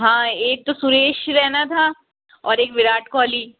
हाँ एक तो सुरेश रैना था और एक विराट कोहली